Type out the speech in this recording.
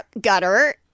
gutter